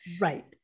Right